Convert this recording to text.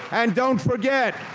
and don't forget,